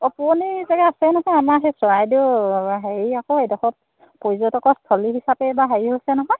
অঁ পুৰণি জেগা আছে নহয় আমাৰ সেই চৰাইদেউ হেৰি আকৌ এইডোখৰত পৰ্যটকৰস্থলী হিচাপে এইবাৰ হেৰি হৈছে নহয়